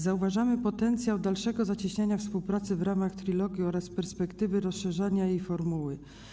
Zauważamy potencjał dalszego zacieśniania współpracy w ramach Trilogu oraz perspektywy rozszerzania tej formuły.